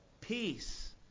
peace